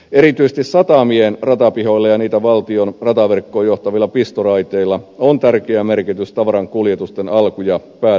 erityisesti satamien ratapihoille ja niitä valtion rataverkkoon johtavilla pistoraiteilla on tärkeä merkitys tavaran kuljetusten alku ja päätepisteenä